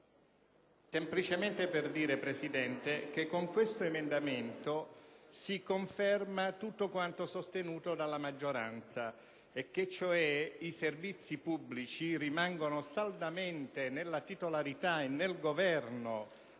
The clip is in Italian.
semplicemente per dire, signor Presidente, che con questo emendamento si conferma tutto ciò che è stato sostenuto dalla maggioranza, e cioè che i servizi pubblici rimangono saldamente nella titolarità e nel governo